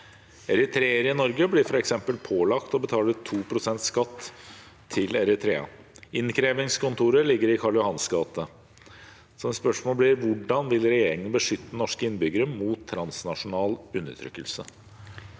Eritreere i Norge blir for eksempel pålagt å betale to prosent skatt til Eritrea. Innkrevingskontoret ligger i Karl Johans gate. Hvordan vil regjeringen beskytte norske innbyggere mot transnasjonal undertrykkelse?»